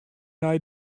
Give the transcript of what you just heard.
nei